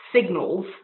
signals